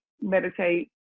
meditate